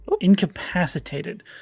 Incapacitated